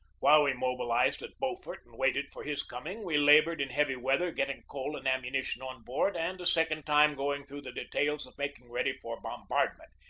while we mobilized at beaufort and waited for his coming we labored in heavy weather getting coal and ammunition on board and a second time going through the details of making ready for bombardment.